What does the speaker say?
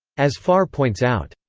as farr points out,